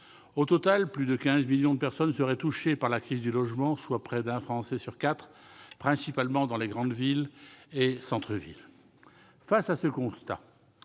Au total, plus de 15 millions de personnes seraient touchées par la crise du logement, soit près d'un Français sur quatre, principalement dans les grandes villes et les centres-villes. Face à ce constat,